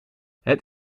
het